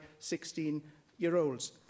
16-year-olds